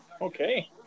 okay